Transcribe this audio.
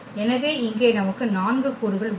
எனவே இங்கே நமக்கு 4 கூறுகள் உள்ளன